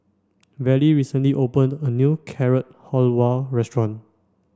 Vallie recently opened a new Carrot Halwa restaurant